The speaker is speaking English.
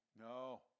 no